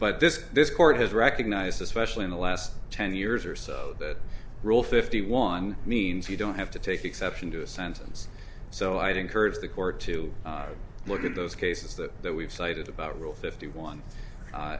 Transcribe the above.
but this this court has recognized especially in the last ten years or so that rule fifty one means you don't have to take exception to a sentence so i encourage the court to look at those cases that we've cited about rule fifty one